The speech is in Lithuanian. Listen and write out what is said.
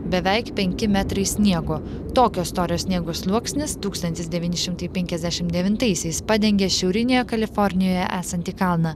beveik penki metrai sniego tokio storio sniego sluoksnis tūkstantis devyni šimtai penkiasdešimt devintaisiais padengė šiaurinėje kalifornijoje esantį kalną